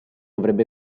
avrebbe